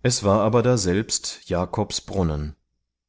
es war aber daselbst jakobs